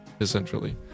essentially